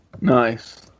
nice